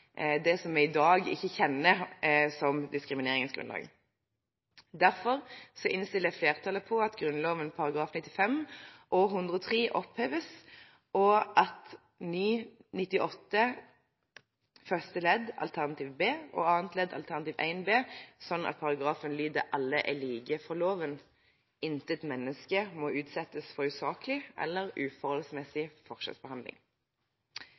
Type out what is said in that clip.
det som vi i dag ikke kjenner som diskrimineringsgrunnlag. Derfor innstiller flertallet på at Grunnloven § 95 og § 103 oppheves, og at ny § 98 første ledd alternativ B skal lyde: «Alle er like for loven.» Ny § 98 annet ledd skal lyde: «Intet menneske må utsettes for usaklig eller uforholdsmessig forskjellsbehandling.»